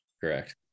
Correct